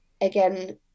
again